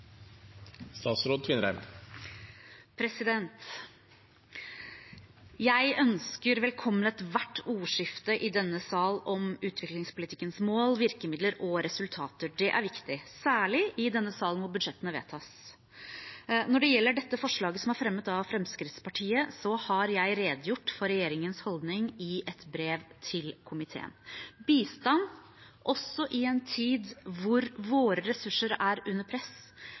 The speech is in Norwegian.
viktig – særlig i denne salen, hvor budsjettene vedtas. Når det gjelder dette forslaget, som er fremmet av Fremskrittspartiet, har jeg redegjort for regjeringens holdning i et brev til komiteen. Bistand – også i en tid da våre ressurser er under press